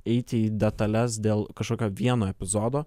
eiti į detales dėl kažkokio vieno epizodo